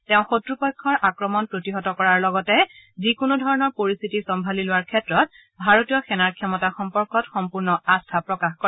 তেওঁ শক্ৰপক্ষৰ আক্ৰমণ প্ৰতিহত কৰাৰ লগতে যিকোনো ধৰণৰ পৰিস্থিতি চম্ভালি লোৱাৰ ক্ষেত্ৰত ভাৰতীয় সেনাৰ ক্ষমতা সম্পৰ্কত সম্পূৰ্ণ আস্থা প্ৰকাশ কৰে